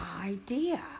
idea